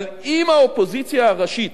אבל אם האופוזיציה הראשית